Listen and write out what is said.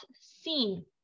seen